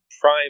prime